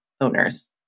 owners